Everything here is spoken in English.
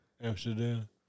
Amsterdam